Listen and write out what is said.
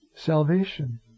Salvation